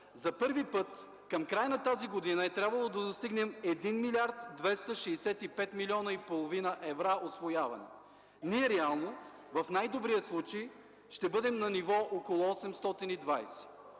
по праговете, към края на тази година е трябвало да достигнем 1 милиард 265,5 милиона евро усвояване. Ние реално, в най-добрия случай, ще бъдем на ниво около 820